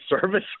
service